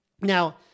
Now